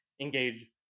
engage